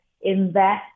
invest